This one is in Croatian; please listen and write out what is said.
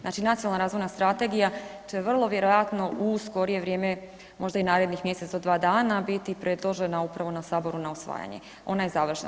Znači, nacionalna razvojna strategija će vrlo vjerojatno u skorije vrijeme, možda i narednih mjesec do dva dana, biti predložena upravo na saboru na usvajanje, ona je zaležna.